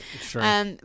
Sure